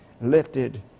lifted